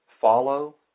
follow